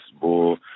bull